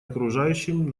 окружающим